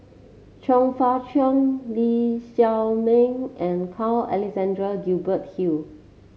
Chong Fah Cheong Lee Shao Meng and Carl Alexander Gibson Hill